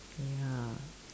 ya